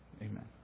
amen